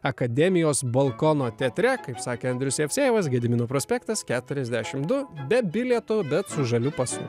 akademijos balkono teatre kaip sakė andrius jevsejevas gedimino prospektas keturiasdešim du be bilieto bet su žaliu pasu